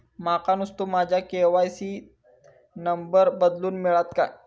माका नुस्तो माझ्या के.वाय.सी त नंबर बदलून मिलात काय?